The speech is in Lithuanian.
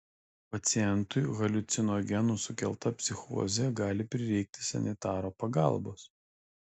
pacientui haliucinogenų sukelta psichozė gali prireikti sanitaro pagalbos